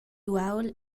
uaul